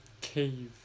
cave